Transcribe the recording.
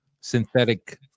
synthetic